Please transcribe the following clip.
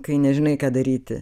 kai nežinai ką daryti